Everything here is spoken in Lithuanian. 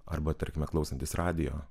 arba tarkime klausantis radijo